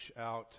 out